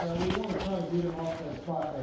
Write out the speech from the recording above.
yeah we want to try to get him off that spot,